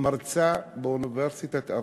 מרצה באוניברסיטת אריאל,